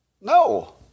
No